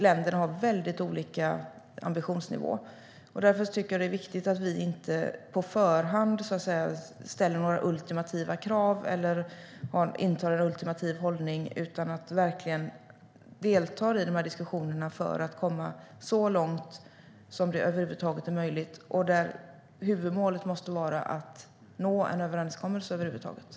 Länderna har väldigt olika ambitionsnivåer. Därför tycker jag att det är viktigt att vi inte på förhand ställer några ultimativa krav eller intar en ultimativ hållning, utan verkligen deltar i diskussionerna för att komma så långt som det bara är möjligt. Huvudmålet måste vara att över huvud taget nå en överenskommelse.